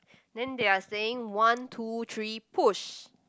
then they are saying one two three push